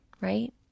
Right